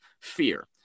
fear